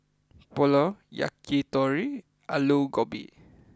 Pulao Yakitori and Alu Gobi